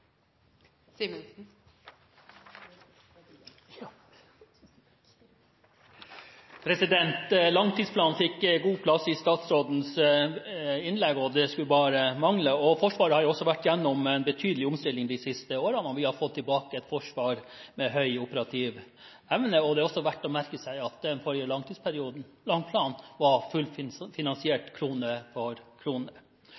blir replikkordskifte. Langtidsplanen fikk god plass i statsrådens innlegg, og det skulle bare mangle. Forsvaret har også vært gjennom en betydelig omstilling de siste årene, og vi har fått tilbake et forsvar med høy operativ evne. Det er også verdt å merke seg at den forrige langtidsplanen var